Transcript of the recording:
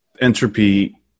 entropy